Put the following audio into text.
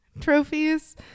trophies